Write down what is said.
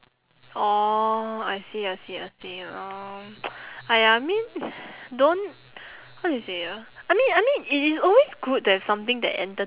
orh I see I see I see mm !aiya! I mean don't how do you say ah I mean I mean it is always good there is something that enter~